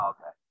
Okay